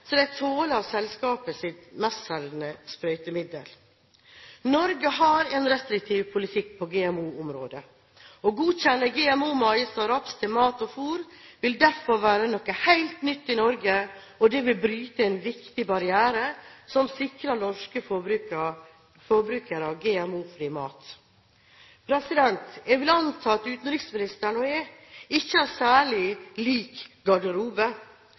så de tåler selskapets mestselgende sprøytemiddel. Norge har en restriktiv politikk på GMO-området. Å godkjenne GMO-mais og GMO-raps til mat og fôr vil derfor være noe helt nytt i Norge, og det vil bryte en viktig barriere som sikrer norske forbrukere GMO-fri mat. Jeg vil anta at utenriksministeren og jeg ikke har særlig lik garderobe,